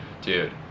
Dude